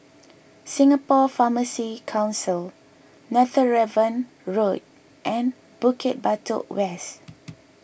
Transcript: Singapore Pharmacy Council Netheravon Road and Bukit Batok West